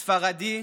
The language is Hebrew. ספרדי,